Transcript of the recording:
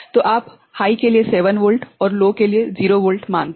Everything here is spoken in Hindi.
तो आप हाइ के लिए 7 वोल्ट और लो के लिए 0 वोल्ट मानते हैं